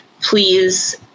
please